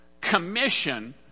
commission